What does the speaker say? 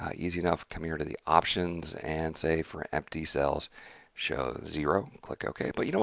ah easy enough, come here to the options and say for empty cells show zero, click ok. but, you know